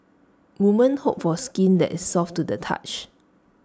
women hope for skin that is soft to the touch